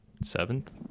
seventh